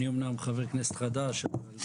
אני אומנם חבר כנסת חדש, אבל